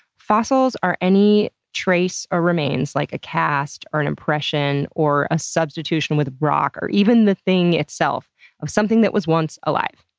fossils are any trace or remains like a cast, an impression, or a substitution with rock or even the thing itself of something that was once alive.